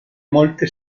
molte